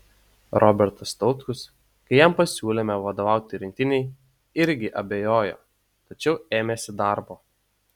robertas tautkus kai jam pasiūlėme vadovauti rinktinei irgi abejojo tačiau ėmėsi darbo